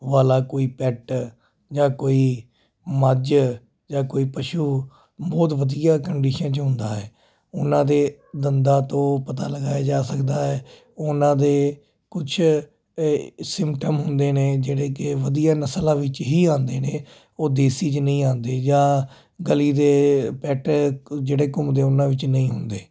ਵਾਲਾ ਕੋਈ ਪੈੱਟ ਜਾਂ ਕੋਈ ਮੱਝ ਜਾਂ ਕੋਈ ਪਸ਼ੂ ਬਹੁਤ ਵਧੀਆ ਕੰਡੀਸ਼ਨ 'ਚ ਹੁੰਦਾ ਹੈ ਉਹਨਾਂ ਦੇ ਦੰਦਾਂ ਤੋਂ ਪਤਾ ਲਗਾਇਆ ਜਾ ਸਕਦਾ ਹੈ ਉਹਨਾਂ ਦੇ ਕੁਛ ਸਿਮਟਮ ਹੁੰਦੇ ਨੇ ਜਿਹੜੇ ਕਿ ਵਧੀਆ ਨਸਲਾਂ ਵਿੱਚ ਹੀ ਆਉਂਦੇ ਨੇ ਉਹ ਦੇਸੀ 'ਚ ਨਹੀਂ ਆਉਂਦੇ ਜਾਂ ਗਲੀ ਦੇ ਪੈੱਟ ਜਿਹੜੇ ਘੁੰਮਦੇ ਉਹਨਾਂ ਵਿੱਚ ਨਹੀਂ ਹੁੰਦੇ